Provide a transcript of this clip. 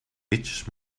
itches